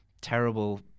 terrible